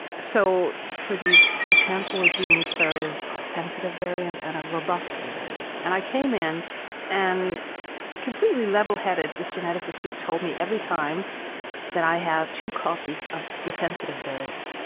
so for this handful of genes there is a sensitive variant and a robust variant and i came in and completely level headed this geneticist just told me every time that i have two copies of the sensitive variant.